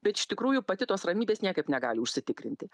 bet iš tikrųjų pati tos ramybės niekaip negali užsitikrinti